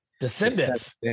Descendants